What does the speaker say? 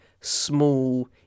small